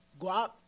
Guap